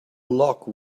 lock